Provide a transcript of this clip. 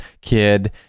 kid